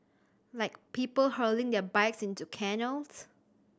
like people hurling their bikes into canals